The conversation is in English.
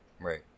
Right